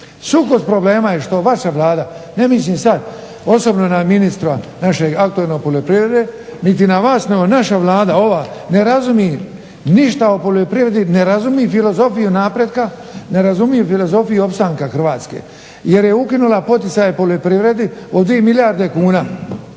Sukus problema je što vaša Vlada, ne mislim sad osobno na ministra našeg aktualnog poljoprivrede niti na vas nego naša Vlada, ova ne razumije ništa o poljoprivredi, ne razumije filozofiju napretka, ne razumije filozofiju opstanka Hrvatske jer je ukinula poticaje poljoprivredi od 2 milijarde kuna.